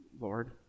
Lord